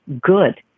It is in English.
good